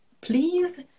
please